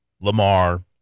Lamar